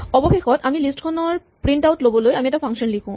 অৱশেষত আমি লিষ্ট খনৰ প্ৰিন্ট আউট ল'বলৈ আমি এটা ফাংচন লিখোঁ